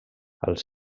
els